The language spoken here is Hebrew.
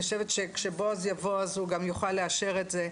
אני חושבת שכשבועז יבוא אז הוא גם יוכל לאשר את זה.